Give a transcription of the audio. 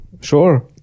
sure